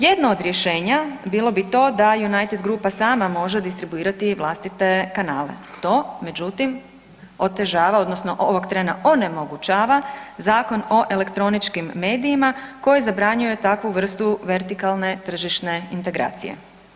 Jedno od rješenja bilo bi to da United grupa može sama distribuirati vlastite kanale, to međutim otežava odnosno ovog trena onemogućava Zakon o elektroničkim medijima koji zabranjuju takvu vrstu vertikalne tržišne integracije.